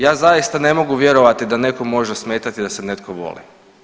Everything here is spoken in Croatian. Ja zaista ne mogu vjerovati da nekom može smetati da se netko voli.